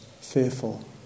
fearful